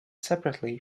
separately